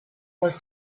was